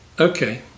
Okay